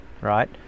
right